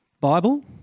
Bible